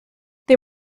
they